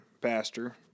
pastor